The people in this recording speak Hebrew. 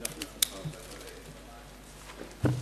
אדוני היושב-ראש, ידידי וחברי חברי הכנסת,